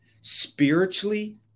spiritually